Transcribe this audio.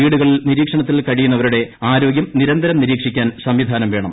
വീടുകളിൽ നിരീക്ഷണത്തിൽ കഴിയുന്നവരുടെ ആരോഗ്യം നിരന്തരം നിരീക്ഷിക്കാൻ സംവിധാനം വേണം